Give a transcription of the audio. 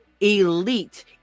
elite